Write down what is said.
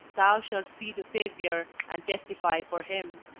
thou shalt see the saviour, and testify for him.